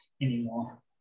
anymore